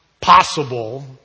possible